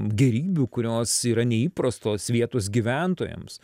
gėrybių kurios yra neįprastos vietos gyventojams